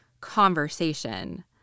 conversation